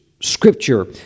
scripture